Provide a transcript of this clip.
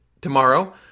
tomorrow